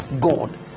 God